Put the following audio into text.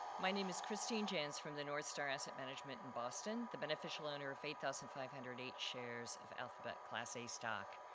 my name is christine jantz from the northstar asset management in boston, the beneficial owner of eight thousand five hundred and eight shares of alphabet class a stock.